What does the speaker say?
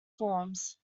forms